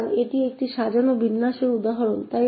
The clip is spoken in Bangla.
সুতরাং এটি একটি সাজানো বিন্যাসের উদাহরণ